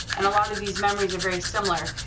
and a lot of these memories are very similar,